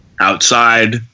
outside